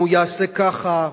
אם הוא יעשה ככה,